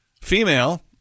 female